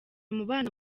umubano